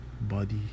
body